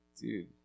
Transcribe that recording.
Dude